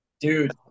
Dude